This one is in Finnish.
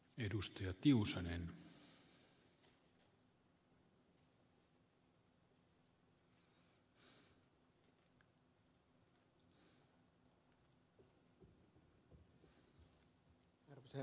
arvoisa herra puhemies